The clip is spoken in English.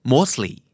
Mostly